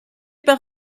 par